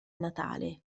natale